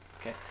Okay